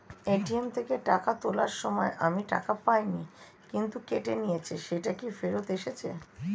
ATM থেকে টাকা তোলার সময় আমি টাকা পাইনি কিন্তু কেটে নিয়েছে সেটা কি ফেরত এসেছে?